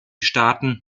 staaten